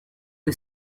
que